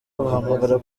bahamagara